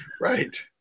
Right